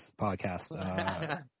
podcast